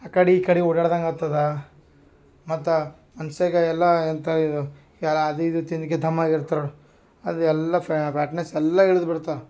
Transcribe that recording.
ಆ ಕಡೆ ಈ ಕಡೆ ಓಡಾಡ್ದಂಗೆ ಆತದ ಮತ್ತು ಮನುಷ್ಯಗ ಎಲ್ಲ ಎಂಥ ಇದು ಯಾರು ಅದು ಇದು ತಿನ್ಕ್ಯಾ ದಮ್ ಆಗಿರ್ತಾರೆ ನೋಡು ಅದು ಎಲ್ಲ ಫ್ಯಾಟ್ನೆಸ್ ಎಲ್ಲ ಇಳ್ದು ಬಿಡ್ತದೆ